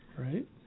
Right